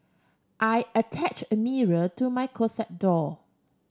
I attach a mirror to my closet door